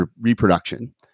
reproduction